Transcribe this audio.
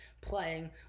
playing